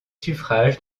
suffrages